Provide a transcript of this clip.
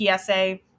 PSA